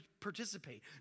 participate